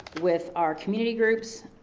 with our community groups.